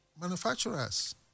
Manufacturers